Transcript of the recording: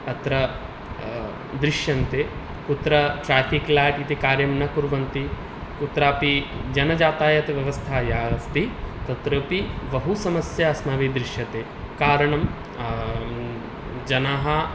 अत्र दृश्यन्ते कुत्र ट्राफिक् लैट् इति कार्यं न कुर्वन्ति कुत्रापि जनयातायातव्यवस्था या अस्ति तत्रापि बहु समस्या अस्माभिः दृश्यते कारणं जनाः